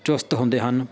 ਚੁਸਤ ਹੁੰਦੇ ਹਨ